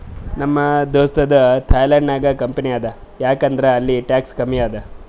ನಮ್ ದೋಸ್ತದು ಥೈಲ್ಯಾಂಡ್ ನಾಗ್ ಕಂಪನಿ ಅದಾ ಯಾಕ್ ಅಂದುರ್ ಅಲ್ಲಿ ಟ್ಯಾಕ್ಸ್ ಕಮ್ಮಿ ಅದಾ